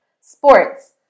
Sports